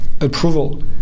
approval